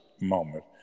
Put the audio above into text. moment